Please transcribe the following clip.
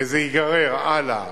וזה ייגרר הלאה